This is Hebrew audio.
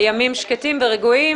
זה יום מאוד סוער בכל כך הרבה חזיתות.